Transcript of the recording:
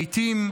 לעיתים,